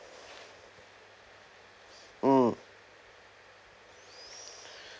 hmm